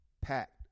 packed